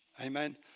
amen